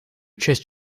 часть